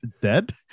dead